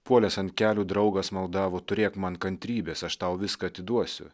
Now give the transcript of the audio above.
puolęs ant kelių draugas maldavo turėk man kantrybės aš tau viską atiduosiu